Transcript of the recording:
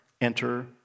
enter